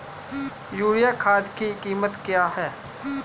Urea खाद की कीमत क्या है?